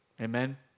Amen